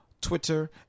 Twitter